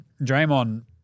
Draymond